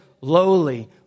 lowly